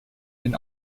been